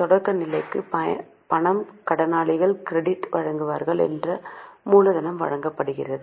தொடக்க நிலுவைகளுக்கு பணம் கடனாளிகள் கிரெடிட் வழங்குநர்கள் மற்றும் மூலதனம் வழங்கப்படுகின்றன